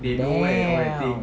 damn